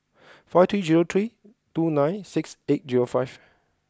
five three zero three two nine six eight zero five